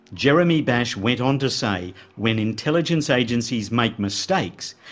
jeremy bash went on to say when intelligence agencies make mistakes,